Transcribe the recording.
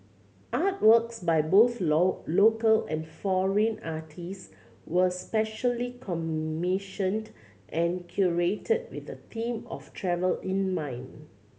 artworks by both local and foreign artist were specially commissioned and curated with the theme of travel in mind